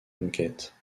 conquêtes